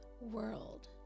world